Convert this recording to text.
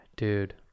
Dude